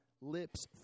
lips